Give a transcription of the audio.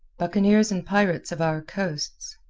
buccaneers and pirates of our coasts,